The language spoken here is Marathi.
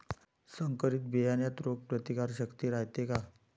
संकरित बियान्यात रोग प्रतिकारशक्ती रायते का?